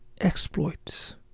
exploits